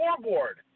scoreboard